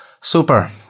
Super